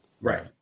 Right